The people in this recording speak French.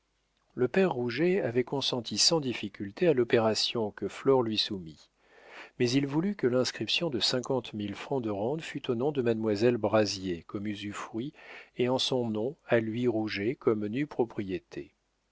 le père rouget avait consenti sans difficulté à l'opération que flore lui soumit mais il voulut que l'inscription de cinquante mille francs de rente fût au nom de mademoiselle brazier comme usufruit et en son nom à lui rouget comme nue propriété